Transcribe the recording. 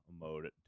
mode